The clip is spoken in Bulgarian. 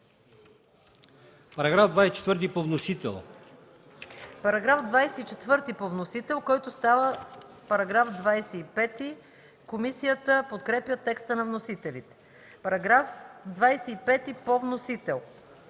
Параграф 13 по вносител,